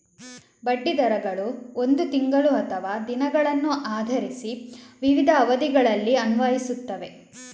ಬಡ್ಡಿ ದರಗಳು ಒಂದು ತಿಂಗಳು ಅಥವಾ ದಿನಗಳನ್ನು ಆಧರಿಸಿ ವಿವಿಧ ಅವಧಿಗಳಲ್ಲಿ ಅನ್ವಯಿಸುತ್ತವೆ